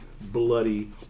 bloody